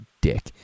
dick